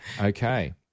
okay